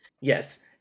Yes